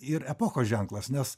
ir epochos ženklas nes